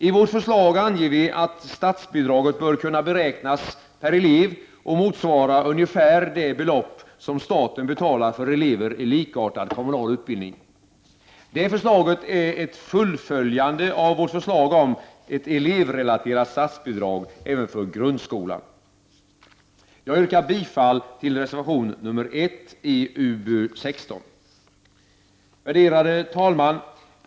I vårt förslag anger vi att statsbidraget bör kunna beräknas per elev och motsvara ungefär det belopp som staten betalar för elever i likartad kommunal utbildning. Det förslaget är ett fullföljande av vårt förslag om ett elevrelaterat statsbidrag även för grundskolan. Jag yrkar bifall till reservation 1 i UbU16. Värderade talman!